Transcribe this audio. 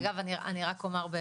אגב אני רק אומר,